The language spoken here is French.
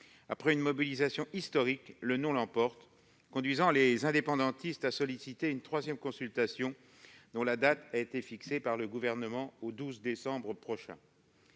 Après une mobilisation historique, le « non » l'emporte, conduisant les indépendantistes à solliciter une troisième consultation, dont la date a été fixée par le Gouvernement au 12 décembre prochain.